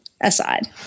aside